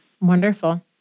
Wonderful